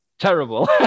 terrible